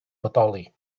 bodoli